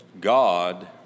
God